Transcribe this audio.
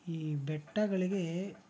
ಈ ಬೆಟ್ಟಗಳಿಗೆ